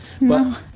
No